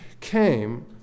came